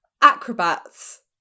Acrobats